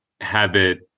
habit